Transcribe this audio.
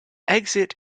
exit